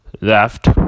left